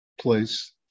place